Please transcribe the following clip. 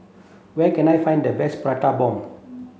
where can I find the best prata bomb